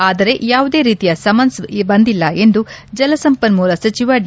ಆದರೆ ಯಾವುದೇ ರೀತಿಯ ಸಮನ್ನ್ ಬಂದಿಲ್ಲ ಎಂದು ಜಲಸಂಪನ್ನೂಲ ಸಚಿವ ಡಿ